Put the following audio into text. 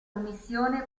commissione